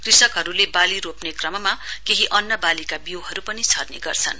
कृषकहरुले बाली रोप्ने क्रममा केही अन्न बालीका बिउहरु पनि छर्ने गर्छन्